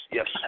Yes